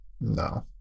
No